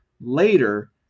later